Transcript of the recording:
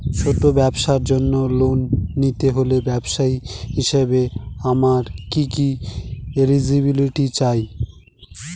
ছোট ব্যবসার জন্য লোন নিতে হলে ব্যবসায়ী হিসেবে আমার কি কি এলিজিবিলিটি চাই?